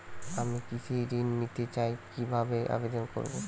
আমি কৃষি ঋণ নিতে চাই কি ভাবে আবেদন করব?